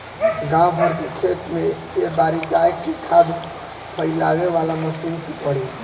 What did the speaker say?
गाँव भर के खेत में ए बारी गाय के खाद फइलावे वाला मशीन से पड़ी